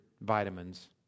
vitamins